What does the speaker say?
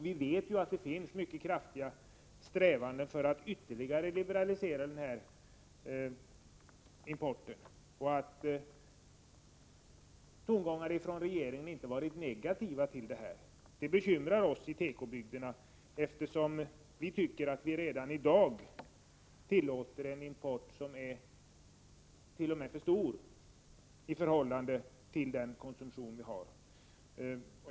Vi vet också att det finns kraftiga strävanden för en ytterligare liberalisering av denna import och att regeringens tongångar inte har varit negativa häremot. Det bekymrar oss i tekobygderna, eftersom vi tycker att regeringen i dag tillåter en import som är för stor i förhållande till landets konsumtion.